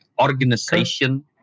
organization